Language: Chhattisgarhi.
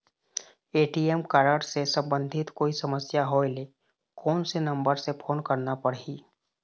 ए.टी.एम कारड से संबंधित कोई समस्या होय ले, कोन से नंबर से फोन करना पढ़ही?